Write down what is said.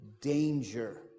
danger